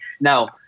Now